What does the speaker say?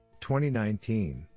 2019